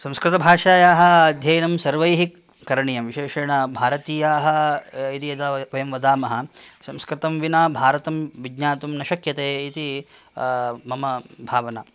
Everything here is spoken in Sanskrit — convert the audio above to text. संस्कृतभाषायाः अध्ययनं सर्वैः करणीयं विषेशेण भरतीयाः यदि यदा वयं वदामः संस्कृतं विना भारतं विज्ञातुं न श्क्यते इति मम भावना